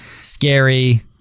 scary